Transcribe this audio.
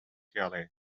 jelly